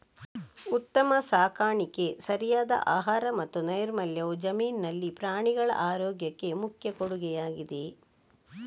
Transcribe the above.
ಉತ್ತಮ ಸಾಕಾಣಿಕೆ, ಸರಿಯಾದ ಆಹಾರ ಮತ್ತು ನೈರ್ಮಲ್ಯವು ಜಮೀನಿನಲ್ಲಿ ಪ್ರಾಣಿಗಳ ಆರೋಗ್ಯಕ್ಕೆ ಮುಖ್ಯ ಕೊಡುಗೆಯಾಗಿದೆ